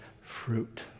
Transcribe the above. fruit